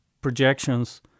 projections